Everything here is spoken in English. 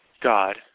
God